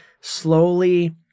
slowly